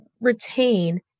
retain